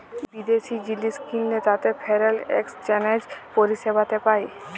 বিদ্যাশি জিলিস কিললে তাতে ফরেল একসচ্যানেজ পরিসেবাতে পায়